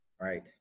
Right